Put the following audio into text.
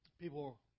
people